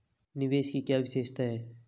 निवेश की क्या विशेषता है?